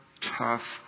tough